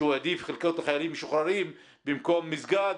שהוא העדיף חלקות לחיילים משוחררים במקום מסגד.